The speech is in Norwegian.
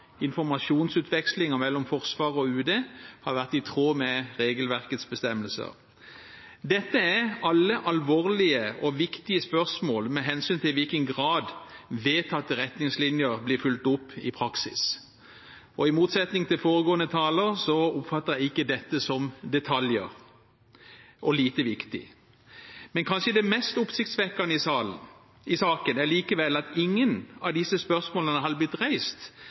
informasjonsutvekslingen mellom Forsvaret og Utenriksdepartementet har vært i tråd med regelverkets bestemmelser. Dette er alle alvorlige og viktige spørsmål med hensyn til i hvilken grad vedtatte retningslinjer blir fulgt opp i praksis, og i motsetning til foregående taler oppfatter jeg ikke dette som detaljer og lite viktig. Men kanskje det mest oppsiktsvekkende i saken er likevel at ingen av disse spørsmålene hadde blitt reist